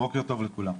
יש לך